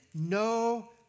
No